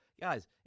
Guys